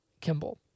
Kimball